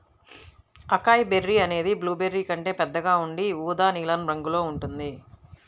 acai berry అనేది blueberry కంటే పెద్దగా ఉండి ఊదా నీలం రంగులో ఉంటుంది